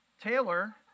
Taylor